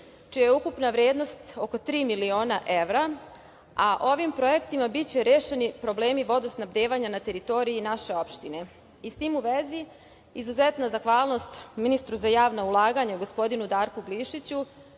čije je ukupna vrednost oko tri miliona evra, a ovim projektima biće rešeni problemi vodosnabdevanja na teritoriji naše opštine. Sa tim u vezi, izuzetna zahvalnost ministru za javna ulaganja, gospodinu Darku Glišiću